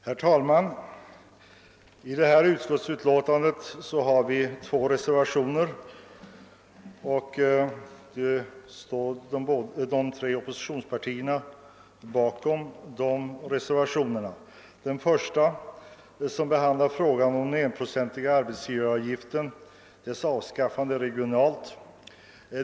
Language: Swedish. Herr talman! Vid förevarande betänkande är fogade två reservationer, bak om vilka står de tre oppositionspartierna. Den första behandlar frågan om ett regionalt avskaffande av arbetsgivaravgiften.